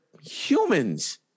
humans